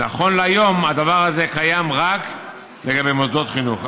נכון להיום הדבר הזה קיים רק לגבי מוסדות החינוך.